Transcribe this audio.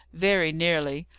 very nearly,